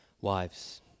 Wives